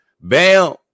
Bam